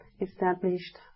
established